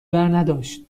برنداشت